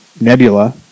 Nebula